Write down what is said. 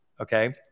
okay